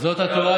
זאת התורה,